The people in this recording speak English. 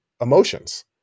emotions